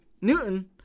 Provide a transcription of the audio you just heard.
Newton